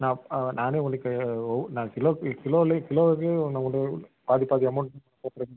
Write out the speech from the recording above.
நான் நானே உங்களுக்கு நான் கிலோக்கு கிலோலே கிலோக்கே நான் உங்கள்கிட்ட வந்து பாதி பாதி அமௌன்ட்